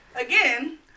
again